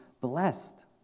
blessed